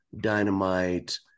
Dynamite